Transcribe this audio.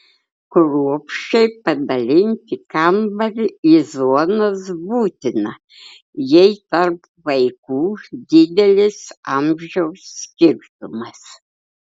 kruopščiai padalinti kambarį į zonas būtina jei tarp vaikų didelis amžiaus skirtumas